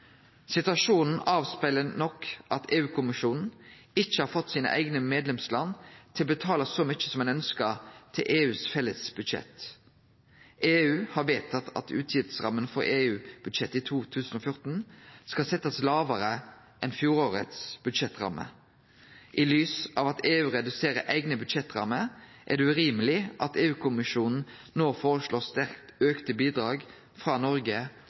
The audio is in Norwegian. Situasjonen speglar nok av at EU-kommisjonen ikkje har fått sine eigne medlemsland til å betale så mykje som ein ønskjer til EUs felles budsjett. EU har vedtatt at utgiftsramma for EU-budsjettet i 2014 skal setjast lågare enn budsjettramma for fjoråret. I lys av at EU reduserer eigne budsjettrammer, er det urimeleg at EU-kommisjonen no foreslår sterkt auka bidrag frå Noreg